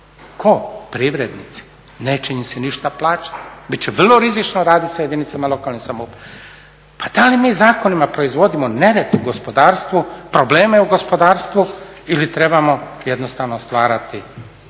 Tko? Privrednici? Neće im se ništa plaćati, bit će vrlo rizično raditi sa jedinicama lokalne samouprave. Pa da li mi zakonima proizvodimo nered u gospodarstvu, probleme u gospodarstvu ili trebamo jednostavno stvarati